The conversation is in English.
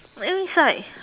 then is like